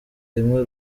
rimwe